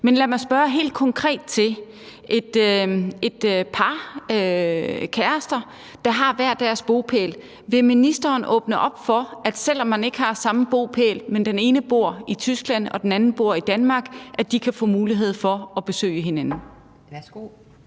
Men lad mig spørge helt konkret til et par, kærester, der har hver deres bopæl. Vil ministeren åbne op for, at man, selv om man ikke har samme bopæl, men den ene bor i Tyskland, og den anden bor i Danmark, kan få mulighed for at besøge hinanden?